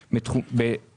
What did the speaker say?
לא הבטחתי שלא היום.